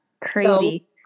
Crazy